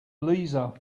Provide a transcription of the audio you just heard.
lisa